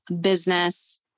business